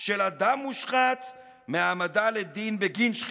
של אדם מושחת מהעמדה לדין בגין שחיתות.